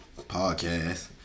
Podcast